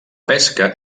pesca